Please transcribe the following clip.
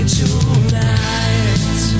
tonight